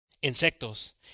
Insectos